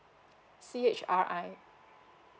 C H R I